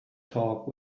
talk